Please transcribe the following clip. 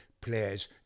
players